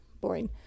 boring